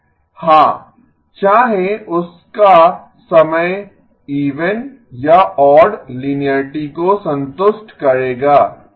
हाँ चाहे उसका समय इवन या ऑड लीनियररिटी को संतुष्ट करेगा ठीक है